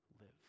live